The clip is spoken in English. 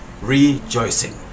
rejoicing